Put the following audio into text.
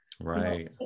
Right